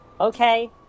Okay